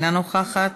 אינה נוכחת,